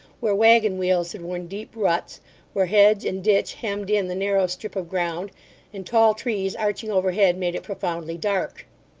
where waggon-wheels had worn deep ruts where hedge and ditch hemmed in the narrow strip of ground and tall trees, arching overhead, made it profoundly dark.